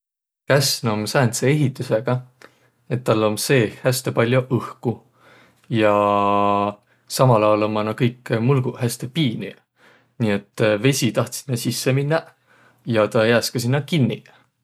Käsn om säändse ehitüsega, et täl om seeh häste pall'o õhku. Ja samal aol ummaq naaq kõik mulguq häste piinüq nii, et vesi taht sinnäq sisse minnäq ja jääs ka sinnäq kinniq.